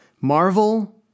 Marvel